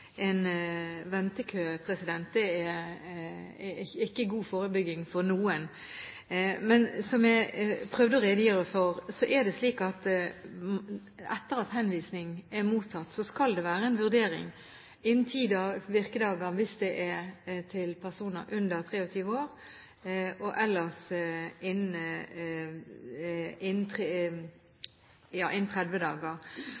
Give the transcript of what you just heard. en ventekø er ikke god forebygging for noen. Men, som jeg prøvde å redegjøre for, er det slik at etter at henvisning er mottatt, skal det være en vurdering innen ti virkedager hvis det gjelder personer under 23 år, og ellers innen 30 dager.